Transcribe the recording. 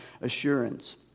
assurance